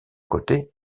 côté